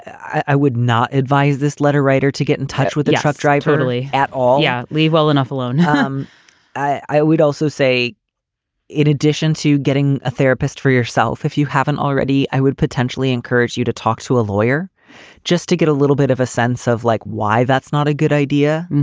i would not advise this letter writer to get in touch with the truck driver really at all. yeah leave well enough alone. um i would also say in addition to getting a therapist for yourself if you haven't already. i would potentially encourage you to talk to a lawyer just to get a little bit of a sense of like why that's not a good idea.